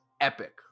epic